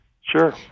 Sure